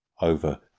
over